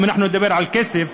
אם נדבר על כסף,